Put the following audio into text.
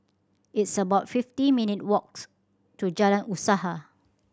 it's about fifty minute' walks to Jalan Usaha